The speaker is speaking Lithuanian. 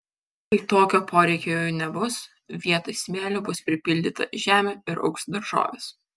kai tokio poreikio jau nebus vietoj smėlio bus pripildyta žemių ir augs daržovės